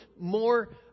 more